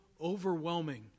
overwhelming